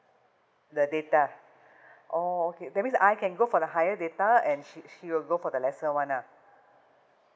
the data orh okay that means I can go for the higher data and she she will go for the less [one] lah